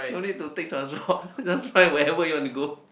no need to take transport just fly where ever you want to go